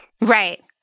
Right